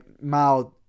mouth